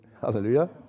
Hallelujah